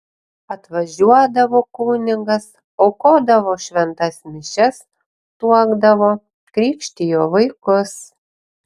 atvažiuodavo kunigas aukodavo šventas mišias tuokdavo krikštijo vaikus